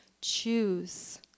Choose